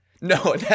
No